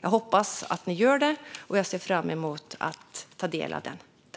Jag hoppas att man gör det, och jag ser fram emot att få ta del av det.